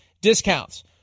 discounts